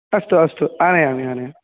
अस्तु अस्तु आनयामि आनयामि